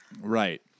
Right